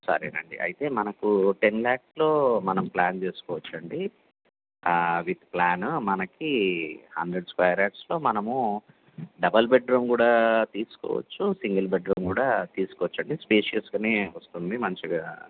సరేనండి అయితే మనకు టెన్ ల్యాక్స్లో మనం ప్లాన్ చేసుకోవచ్చు అండి విత్ ప్లాను మనకి హండ్రెడ్ స్క్వేర్ యార్డ్స్లో మనము డబల్ బెడ్రూమ్ కూడా తీసుకోవచ్చు సింగల్ బెడ్రూమ్ కూడా తీసుకోవచ్చు అండి స్పేషియస్గానే వస్తుంది మంచిగా